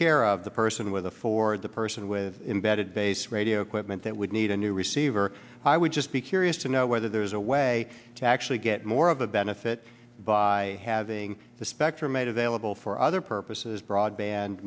care of the person with the for the person with embedded base radio equipment that would need a new receiver i would just be curious to know whether there is a way to actually get more of a benefit by having the spectrum made available for other purposes broadband